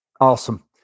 Awesome